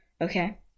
Okay